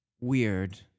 weird